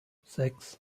sechs